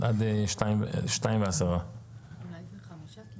עד 14:10. (הישיבה נפסקה בשעה 14:00 ונתחדשה בשעה 14:10.)